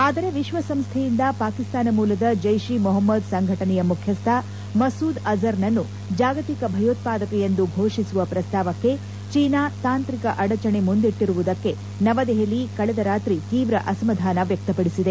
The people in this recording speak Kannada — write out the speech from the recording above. ಆದರೆ ವಿಶ್ವಸಂಸ್ಥೆಯಿಂದ ಪಾಕಿಸ್ತಾನ ಮೂಲದ ಜೈಷ್ ಇ ಮೊಹಮ್ಮದ್ ಸಂಘಟನೆಯ ಮುಖ್ಯಸ್ಥ ಮಸೂದ್ ಅಜರ್ನನ್ನು ಜಾಗತಿಕ ಭಯೋತ್ವಾದಕ ಎಂದು ಫೋಷಿಸುವ ಪ್ರಸ್ತಾವಕ್ಕೆ ಚೀನಾ ತಾಂತ್ರಿಕ ಅಡಚಣೆ ಮುಂದಿಟ್ಟಿರುವುದಕ್ಕೆ ನವದೆಹಲಿ ಕಳೆದ ರಾತ್ರಿ ತೀವ್ರ ಅಸಮಾಧಾನ ವ್ಯಕ್ತಪಡಿಸಿದೆ